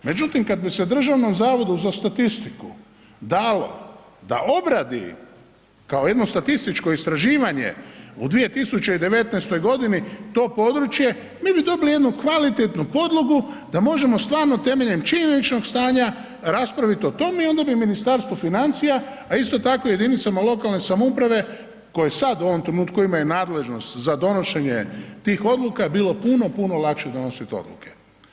Međutim, kad bi se Državnom zavodu za statistiku dalo da obradi kao jedno statističko istraživanje u 2019.g. to područje, mi bi dobili jednu kvalitetnu podlogu da možemo stvarno temeljem činjeničnog stanja raspravit o tome i onda bi Ministarstvo financija, a isto tako jedinicama lokalne samouprave koje sad u ovom trenutku imaju nadležnost za donošenje tih odluka je bilo puno, puno lakše donosit odluke.